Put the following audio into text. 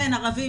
כן, ערבים.